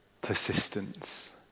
persistence